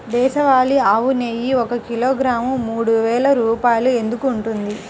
దేశవాళీ ఆవు నెయ్యి ఒక కిలోగ్రాము మూడు వేలు రూపాయలు ఎందుకు ఉంటుంది?